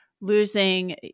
losing